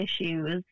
issues